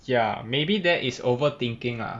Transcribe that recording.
ya maybe that is over thinking ah